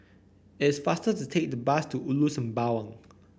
it's faster to take the bus to Ulu Sembawang